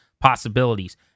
possibilities